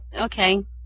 Okay